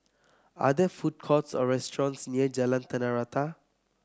are there food courts or restaurants near Jalan Tanah Rata